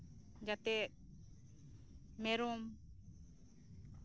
ᱡᱟᱛᱮ ᱢᱮᱨᱚᱢ